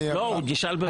לא, הוא נשאל בוועדה.